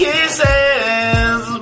Kisses